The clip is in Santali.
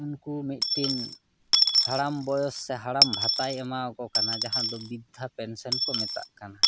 ᱩᱱᱠᱩ ᱢᱤᱫᱴᱮᱱ ᱦᱟᱲᱟᱢ ᱵᱚᱭᱮᱥ ᱥᱮ ᱦᱟᱲᱟᱢ ᱵᱷᱟᱛᱟᱭ ᱮᱢᱟ ᱟᱠᱚ ᱠᱟᱱᱟ ᱡᱟᱦᱟᱸ ᱫᱚ ᱵᱤᱫᱽᱫᱷᱟ ᱯᱮᱱᱥᱮᱱ ᱠᱚ ᱢᱮᱛᱟᱜ ᱠᱟᱱᱟ